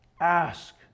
Ask